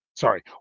Sorry